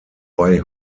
bei